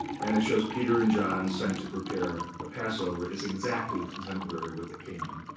and it shows peter and john sent to prepare the passover. it's exactly contemporary with the painting.